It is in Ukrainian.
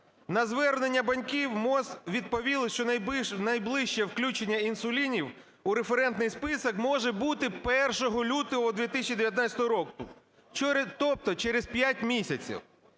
На звернення батьків МОЗ відповіли, що найближче включення інсулінів у референтний список може бути 1 лютого 2019 року, тобто через п'ять місяців.